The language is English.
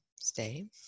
stay